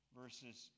verses